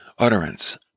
utterance